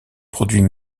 produits